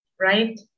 right